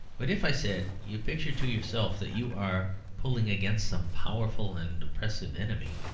but if, i said, you picture to yourself that you are pulling against some powerful and oppressive enemy,